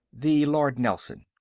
the lord nelson.